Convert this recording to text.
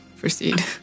Proceed